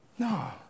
No